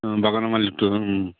বাগানৰ মালিকটো